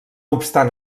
obstant